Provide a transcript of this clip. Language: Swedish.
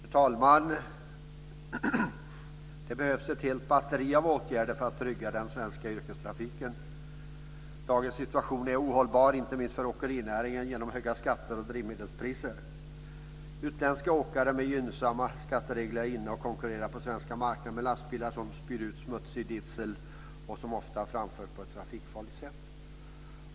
Fru talman! Det behövs ett helt batteri av åtgärder för att trygga den svenska yrkestrafiken. Dagens situation är ohållbar, inte minst för åkerinäringen, genom höga skatter och drivmedelspriser. Utländska åkare med gynnsammare skatteregler är inne och konkurrerar på den svenska marknaden med lastbilar som spyr ut smutsig diesel och ofta framförs på ett trafikfarligt sätt.